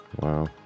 Wow